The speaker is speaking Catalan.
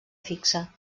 fixa